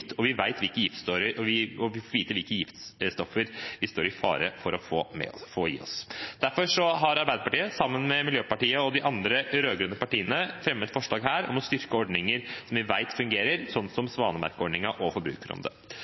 og vi får vite hvilke giftstoffer vi står i fare for å få i oss. Derfor har Arbeiderpartiet, sammen med Miljøpartiet De Grønne og de andre rød-grønne partiene, fremmet et forslag her om å styrke ordninger som vi vet fungerer, som Svanemerke-ordningen og